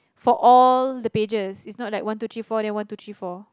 for all the pages it's not like one two three four then one two three four